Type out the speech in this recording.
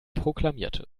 proklamierte